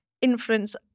influence